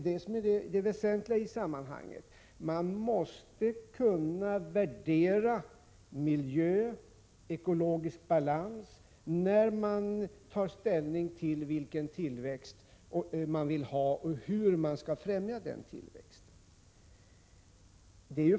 Det är det väsentliga i sammanhanget: Man måste kunna värdera miljö och ekologisk balans när man tar ställning till vilken tillväxt man vill ha och hur den skall främjas.